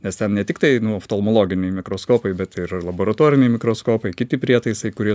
nes ne tiktai nu oftalmologiniai mikroskopai bet ir laboratoriniai mikroskopai kiti prietaisai kurie